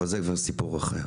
אבל זה כבר סיפור אחר.